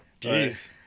Jeez